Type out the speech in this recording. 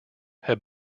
have